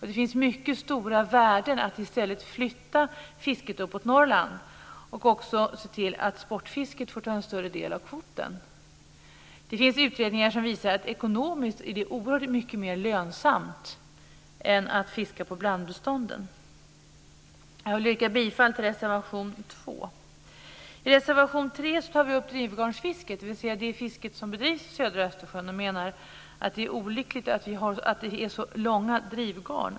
Det finns mycket stora värden i att i stället flytta fisket uppåt Norrland och också se till att sportfisket får ta en större del av kvoten. Det finns utredningar som visar att det ekonomiskt är oerhört mycket mer lönsamt än att fiska på blandbestånden. Jag vill yrka bifall till reservation 2. I reservation 3 tar vi upp drivgarnsfisket, dvs. det fiske som bedrivs i södra Östersjön, och menar att det är olyckligt att det är så långa drivgarn.